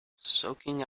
soaking